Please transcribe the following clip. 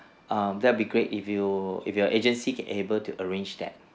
um that will be great if you if your agency can able to arrange that